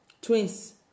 twins